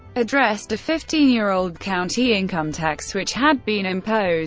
addressed a fifteen year old county income tax which had been imposed